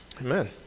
Amen